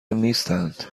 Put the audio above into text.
نیستند